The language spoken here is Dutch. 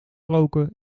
roken